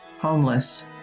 homeless